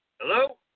Hello